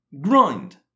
grind